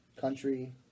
country